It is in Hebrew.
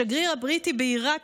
השגריר הבריטי בעיראק